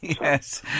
yes